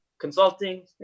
consulting